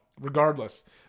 Regardless